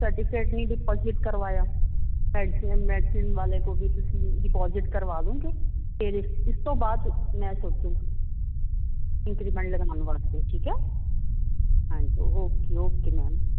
certificate ਨਹੀਂ deposit ਕਰਵਾਇਆ medicine medicine ਵਾਲੇ ਕੋਲ ਵੀ ਤੁਸੀਂ ਡਿਪੋਜਿਟ ਕਰਵਾ ਦਓਗੇ ਫਿਰ ਇਸ ਤੋਂ ਬਾਅਦ ਮੈਂ ਸੋਚੂਗੀ ਇੰਕਰੀਮੈਂਟ ਲਗਵਾਉਣ ਵਾਸਤੇ ਠੀਕ ਹੈ ਹਾਂਜੀ ਓਕੇ ਓਕੇ ਮੈਮ